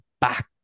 back